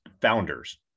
founders